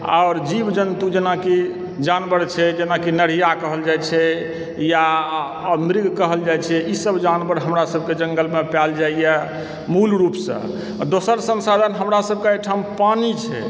आओर जीव जन्तु जेनाकि जानवर छै जेनाकि नढ़िया कहल जाइ छै या मृग कहल जाइ छै ईसभ जानवर हमरा सभके जङ्गलमे पायल जाइए मूल रुपसँ दोसर संसाधन हमरा सभकेँ एहिठाम पानी छै